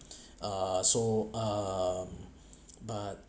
uh so um but